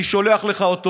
אני שולח לך אותו.